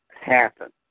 happen